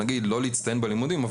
נגיד לא להצטיין בלימודים,